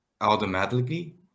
automatically